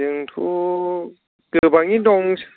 जोंथ' गोबाङैनो दं